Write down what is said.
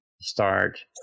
start